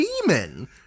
demon